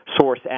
source